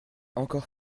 encore